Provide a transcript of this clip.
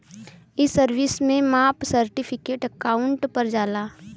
ई सर्विस में my certificate account पर जा